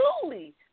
truly